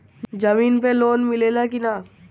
जमीन पे लोन मिले ला की ना?